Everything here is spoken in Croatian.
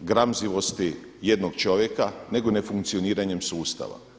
gramzivosti jednog čovjeka nego nefunkcioniranjem sustava.